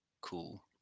cool